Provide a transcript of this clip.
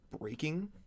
breaking